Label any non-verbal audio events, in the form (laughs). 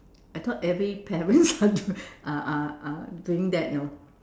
I thought every parents are doing (laughs) are are doing that you know